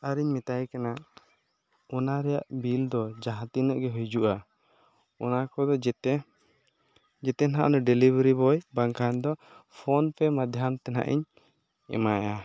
ᱟᱨᱤᱧ ᱢᱮᱛᱟᱭ ᱠᱟᱱᱟ ᱚᱱᱟ ᱨᱮᱭᱟᱜ ᱵᱤᱞ ᱫᱚ ᱡᱟᱦᱟᱸᱛᱤᱱᱟᱹᱜ ᱜᱮ ᱦᱤᱡᱩᱜᱼᱟ ᱚᱱᱟᱠᱚᱫᱚ ᱡᱮᱛᱮ ᱡᱮᱛᱮ ᱱᱟᱦᱟᱜ ᱩᱱᱤ ᱰᱮᱞᱤᱵᱷᱟᱨᱤ ᱵᱚᱭ ᱵᱟᱝ ᱠᱷᱟᱱᱫᱚ ᱯᱷᱳᱱᱯᱮ ᱢᱟᱫᱽᱫᱷᱚᱢ ᱛᱮᱱᱟᱦᱟᱜ ᱤᱧ ᱮᱢᱟᱭᱟ